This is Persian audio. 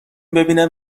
ببینم